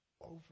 over